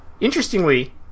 Interestingly